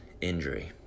injury